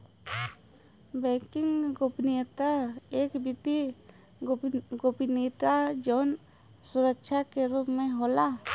banking गोपनीयता एक वित्तीय गोपनीयता जौन सुरक्षा के रूप में होला